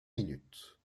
minutes